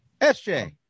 SJ